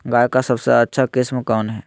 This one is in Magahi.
गाय का सबसे अच्छा किस्म कौन हैं?